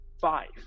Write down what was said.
five